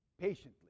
patiently